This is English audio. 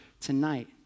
tonight